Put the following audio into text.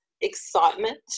excitement